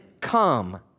Come